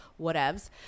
Whatevs